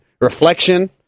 reflection